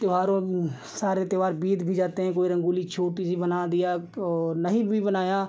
त्योहारों सारे त्योहार बीत भी जाते हैं कोई रंगोली छोटी सी बना दिया और नहीं भी बनाया